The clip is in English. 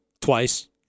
twice